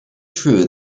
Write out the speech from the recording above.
true